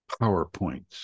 PowerPoints